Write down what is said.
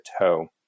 toe